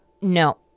No